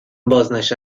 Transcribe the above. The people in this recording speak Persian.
بازنشسته